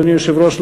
אדוני היושב-ראש,